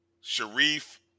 Sharif